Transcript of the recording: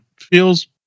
feels